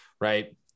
right